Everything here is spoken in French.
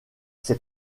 ses